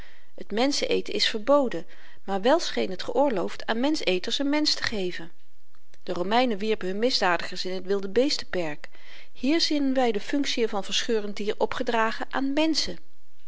t menschen eten is verboden maar wel scheen het geoorloofd aan mensch eters n mensch te eten te geven de romeinen wierpen hun misdadigers in t wilde beestenperk hier zien wy de funktien van verscheurend dier opdragen aan menschen